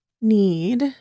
need